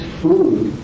food